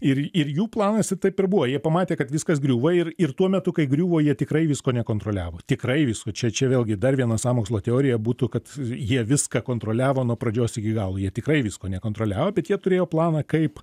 ir ir jų planas ir taip ir buvo jie pamatė kad viskas griūva ir ir tuo metu kai griuvo jie tikrai visko nekontroliavo tikrai visko čia čia vėlgi dar viena sąmokslo teorija būtų kad jie viską kontroliavo nuo pradžios iki galo jie tikrai visko nekontroliavo bet jie turėjo planą kaip